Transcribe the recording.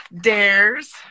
dares